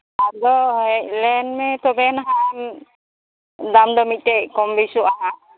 ᱟᱫᱚ ᱦᱮᱡ ᱞᱮᱱᱢᱮ ᱛᱚᱵᱮᱱ ᱦᱟᱸᱜ ᱫᱟᱢᱫᱚ ᱢᱤᱫᱴᱮᱡ ᱠᱚᱢ ᱵᱤᱥᱤᱜᱼᱟ ᱦᱟᱸᱜ